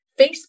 Facebook